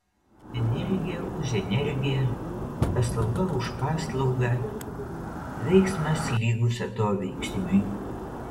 energija už energiją paslauga už paslaugą veiksmas lygus atoveiksmiui